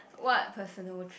what personal trait